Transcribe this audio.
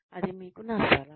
అది మీకు నా సలహా